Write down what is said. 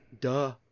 Duh